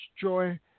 joy